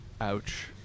Ouch